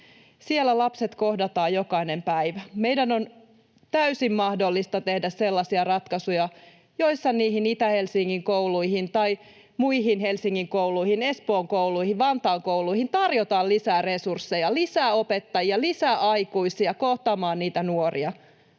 Siellä lapset kohdataan jokaisena päivänä. Meidän on täysin mahdollista tehdä sellaisia ratkaisuja, joissa niihin Itä-Helsingin kouluihin tai muihin Helsingin kouluihin, Espoon kouluihin, Vantaan kouluihin, tarjotaan lisää resursseja, lisää opettajia ja lisää aikuisia kohtaamaan niitä nuoria.